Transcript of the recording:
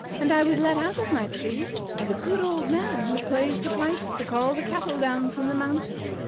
and i was let out of my tree by the good old man who plays the pipes to call the cattle down from the mountain.